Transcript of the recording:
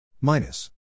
minus